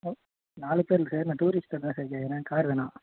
ம் நாலு பேர் இல்லை சார் நான் டூரிஸ்ட்டாகதான் சார் கேட்கறேன் கார் வேணும்